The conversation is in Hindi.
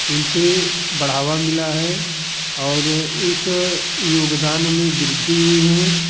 उन से बढ़ावा मिला है और उस योगदान में वृद्धि हुई है